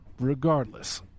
Regardless